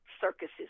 circuses